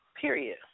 period